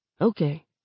Okay